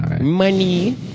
Money